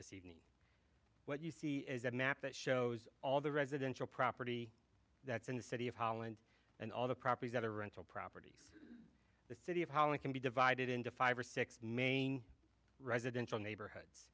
this evening what you see is that a map that shows all the residential property that's in the city of holland and all the properties that are rental properties the city of how it can be divided into five or six main residential neighborhoods